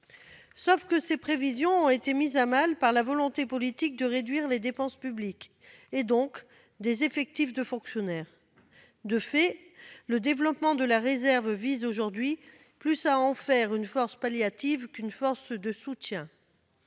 mais les prévisions ont été mises à mal par la volonté politique de réduction des dépenses publiques, et donc des effectifs de fonctionnaires. De fait, aujourd'hui, le développement de la réserve vise plus à en faire une force palliative qu'une force de soutien.